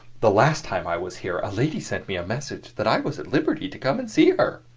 the last time i was here, a lady sent me a message that i was at liberty to come and see her.